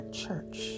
church